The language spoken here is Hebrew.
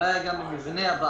--- הבעיה היא גם במבנה הבעלות.